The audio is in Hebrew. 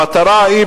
המטרה היא,